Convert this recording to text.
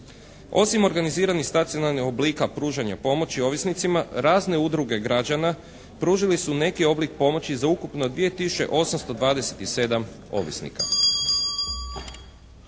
Osim organiziranih stacionarnih oblika pružanja pomoći ovisnicima razne udruge građana pružili su neki oblik pomoći za ukupno 2 tisuće 827 ovisnika.